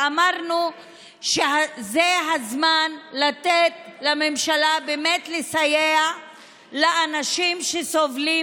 אמרנו שזה הזמן לתת לממשלה באמת לסייע לאנשים שסובלים